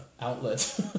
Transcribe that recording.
outlet